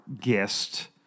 guest